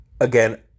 Again